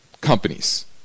companies